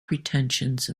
pretensions